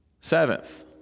Seventh